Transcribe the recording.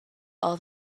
all